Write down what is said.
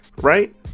Right